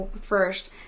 first